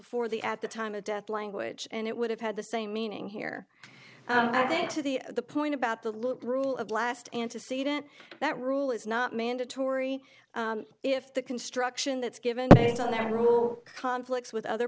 for the at the time of death language and it would have had the same meaning here to the point about the loot rule of last antecedent that rule is not mandatory if the construction that's given based on the rule conflicts with other